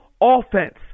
offense